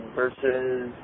versus